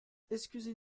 excusez